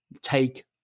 take